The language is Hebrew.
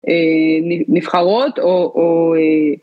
אה... נבחרות, או אה... אה...